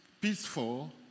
peaceful